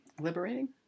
Liberating